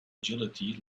agility